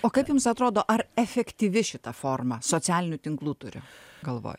o kaip jums atrodo ar efektyvi šita forma socialinių tinklų turiu galvoj